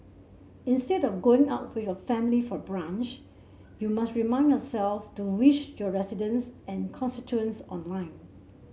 instead of going out with your family for brunch you must remind yourself to wish your residents and constituents online